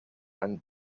and